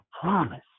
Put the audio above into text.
promise